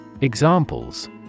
Examples